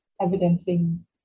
evidencing